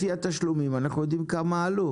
לפי התשלומים אנחנו יודעים עלו.